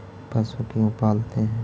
पशु क्यों पालते हैं?